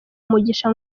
umugisha